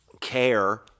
care